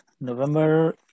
November